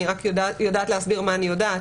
אני יודעת להסביר את מה שאני יודעת.